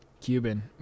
Cuban